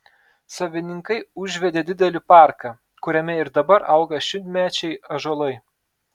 savininkai užvedė didelį parką kuriame ir dabar auga šimtmečiai ąžuolai